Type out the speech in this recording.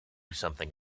something